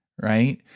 right